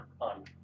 on